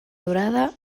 durada